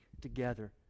together